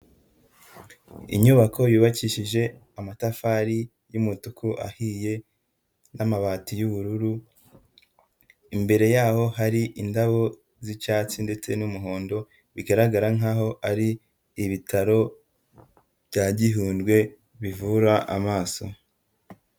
Inyubako yubakishije amatafari y'umutuku ahiye n'amabati y'ubururu, imbere yaho hari indabo z'icyatsi ndetse n'umuhondo bigaragara nkaho ari ibitaro bya Gihundwe bivura amaso.